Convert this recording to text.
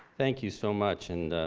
thank you so much, and